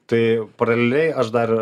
tai paralelėj aš dar